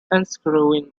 unscrewing